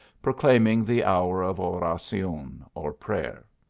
proclaiming the hour of oracion, or prayer.